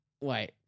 wait